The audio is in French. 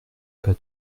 pas